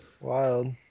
wild